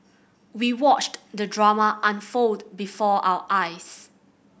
we watched the drama unfold before our eyes